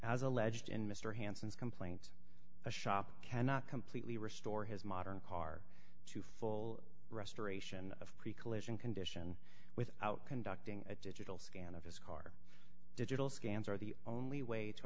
as alleged in mr hansen's complaint the shop cannot completely restore his modern car to full restoration of preclusion condition without conducting a digital scan of his car digital scans are the only way to